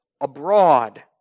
abroad